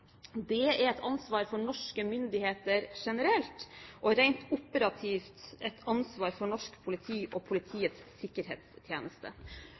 er et ansvar for norske myndigheter generelt, og rent operativt et ansvar for norsk politi og Politiets sikkerhetstjeneste.